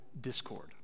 discord